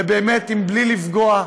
ובאמת, בלי לפגוע,